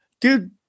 dude